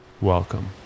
Welcome